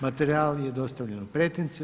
Materijal je dostavljen u pretince.